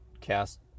cast